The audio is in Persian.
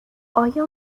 آیا